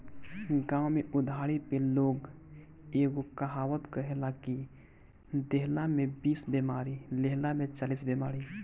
गांव में उधारी पे लोग एगो कहावत कहेला कि देहला में बीस बेमारी, लेहला में चालीस बेमारी